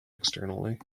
externally